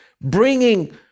bringing